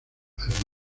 alemana